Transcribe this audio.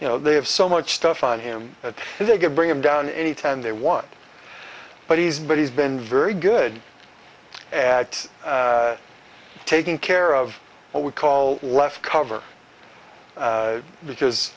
you know they have so much stuff on him that they could bring him down any time they want but he's but he's been very good at taking care of what we call left cover because